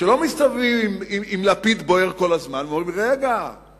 שלא מסתובבים עם לפיד בוער כל הזמן, ואומרים: רגע,